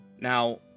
Now